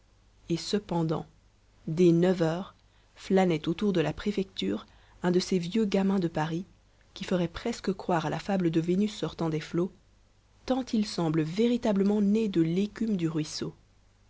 et cependant dès neuf heures flânait autour de la préfecture un de ces vieux gamins de paris qui feraient presque croire à la fable de vénus sortant des flots tant ils semblent véritablement nés de l'écume du ruisseau